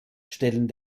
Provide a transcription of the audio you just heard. stellen